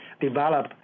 develop